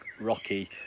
rocky